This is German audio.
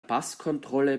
passkontrolle